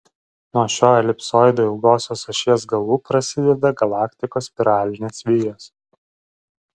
nuo šio elipsoido ilgosios ašies galų prasideda galaktikos spiralinės vijos